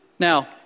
Now